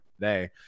today